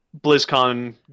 BlizzCon